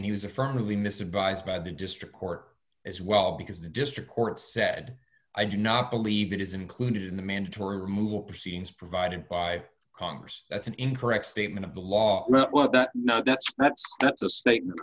and he was affirmatively miss advised by the district court as well because the district court said i do not believe it is included in the mandatory removal proceedings provided by congress that's an incorrect statement of the law well that not that's that's that's a statement